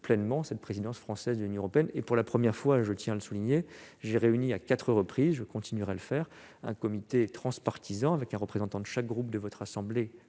pleinement cette présidence française de l'Union européenne. Pour la première fois, je tiens à le souligner, j'ai réuni à quatre reprises- et je continuerai de le faire -un comité transpartisan composé d'un représentant de chacun des groupes politiques de